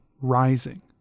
rising